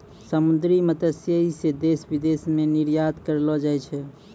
समुन्द्री मत्स्यिकी से देश विदेश मे निरयात करलो जाय छै